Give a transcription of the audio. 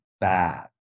bad